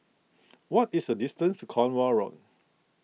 what is the distance to Cornwall Road